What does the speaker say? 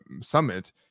summit